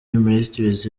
ministries